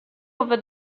over